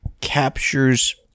captures